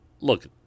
Look